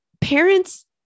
parents